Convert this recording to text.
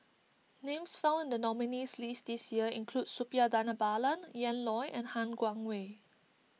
names found in the nominees' list this year include Suppiah Dhanabalan Ian Loy and Han Guangwei